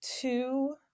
two